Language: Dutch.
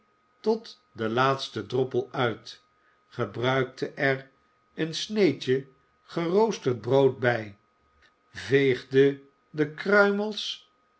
tot den laatsten droppel uit gebruikte er een sneedje geroosterd brood bij vaagde de kruimels